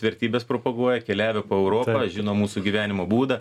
vertybes propaguoja keliavę po europą žino mūsų gyvenimo būdą